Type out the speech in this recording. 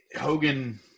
Hogan